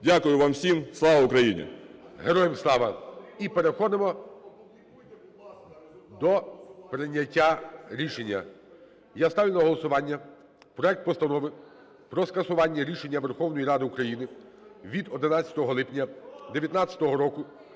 Дякую вам всім! Слава Україні! ГОЛОВУЮЧИЙ. Героям слава! І переходимо до прийняття рішення. Я ставлю на голосування проект постанови про скасування рішення Верховної Ради України від 11 липня 19-го року